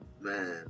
man